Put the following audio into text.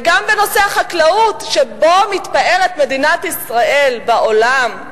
וגם בנושא החקלאות, שבו מתפארת מדינת ישראל בעולם,